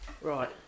Right